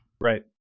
Right